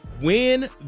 win